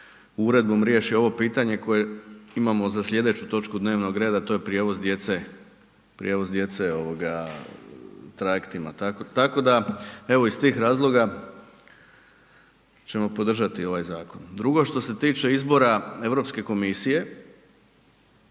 uredbom riješi ovo pitanje koje imamo za slijedeću točku dnevnog reda, a to je prijevoz djece ovoga trajektima. Tako da evo iz tih razloga ćemo podržati ovaj zakon. Drugo što se tiče izbora Europske komisije,